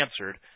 answered